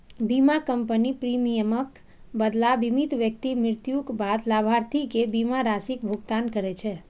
बीमा कंपनी प्रीमियमक बदला बीमित व्यक्ति मृत्युक बाद लाभार्थी कें बीमा राशिक भुगतान करै छै